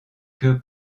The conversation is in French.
que